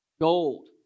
Gold